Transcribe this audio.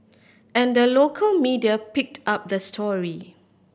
and the local media picked up the story